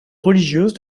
religieuse